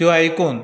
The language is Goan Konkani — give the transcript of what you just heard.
त्यो आयकून